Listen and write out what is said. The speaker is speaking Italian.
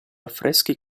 affreschi